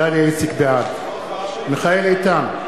בעד מיכאל איתן,